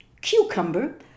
cucumber